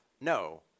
No